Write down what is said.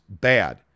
bad